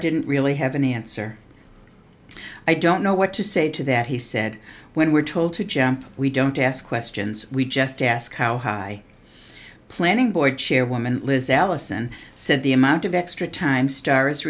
didn't really have an answer i don't know what to say to that he said when we're told to jump we don't ask questions we just ask how high the planning board chairwoman liz allison said the amount of extra time star